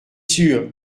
sûr